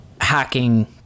hacking